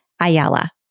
Ayala